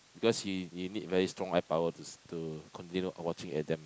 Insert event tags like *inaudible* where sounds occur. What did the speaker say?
because you you need very strong eye power to *noise* to continue watching at them